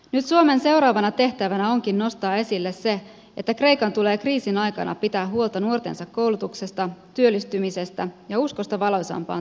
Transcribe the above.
nyt suomen seuraavana tehtävänä onkin nostaa esille se että kreikan tulee kriisin aikana pitää huolta nuortensa koulutuksesta työllistymisestä ja uskosta valoisampaan tulevaisuuteen